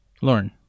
Lauren